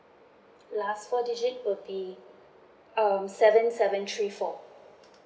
last four digit will be um seven seven three four